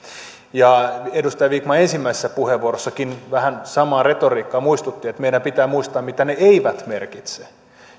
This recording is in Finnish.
ja edustaja vikman ensimmäisessä puheenvuorossaankin vähän samaa retoriikkaa muistutti että meidän pitää muistaa mitä ne eivät